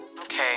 Okay